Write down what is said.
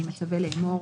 אני מצווה לאמור: